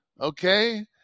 Okay